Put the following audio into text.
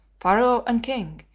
pharaoh and king,